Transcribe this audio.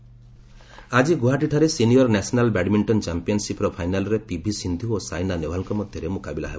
badminton ଆକି ଗୁଆହାଟୀଠାରେ senior national badminton ଚାମ୍ପିୟନ୍ସିପ୍ର ଫାଇନାଲ୍ରେ ପିଭି ସିନ୍ଧୁ ଓ ସାଇନା ନେହୱାଲଙ୍କ ମଧ୍ୟରେ ମୁକାବିଲା ହେବ